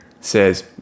says